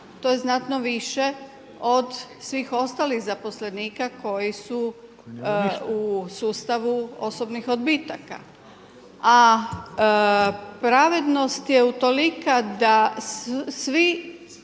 To je znatno više od svih ostalih zaposlenika koji su u sustavu osobnih odbitaka. A pravednost je utolika da svi,